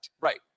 right